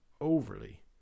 Overly